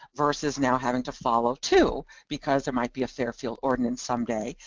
versus now having to follow two, because there might be a fairfield ordinance someday,